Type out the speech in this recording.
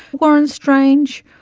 warren strange,